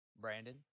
brandon